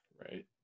Right